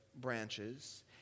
branches